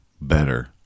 better